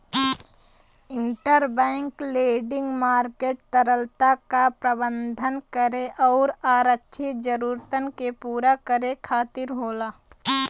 interbank lending market तरलता क प्रबंधन करे आउर आरक्षित जरूरतन के पूरा करे खातिर होला